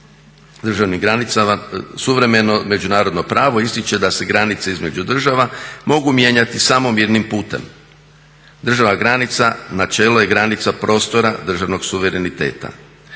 temeljni načela suvremeno međunarodno pravo ističe da se granice između država mogu mijenjati samo mirnim putem. Državna granica načelo je granica prostora državnog suvereniteta.